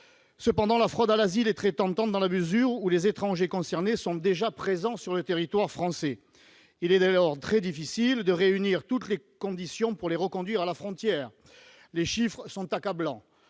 démarches. La fraude à l'asile est très tentante, dans la mesure où les étrangers concernés sont déjà présents sur le territoire français. Il est d'ailleurs très difficile de réunir toutes les conditions pour les reconduire à la frontière. Les chiffres sont accablants